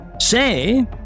say